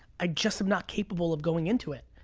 i just am not capable of going into it.